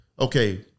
Okay